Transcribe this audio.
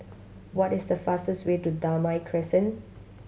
what is the fastest way to Damai Crescent